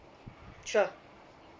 sure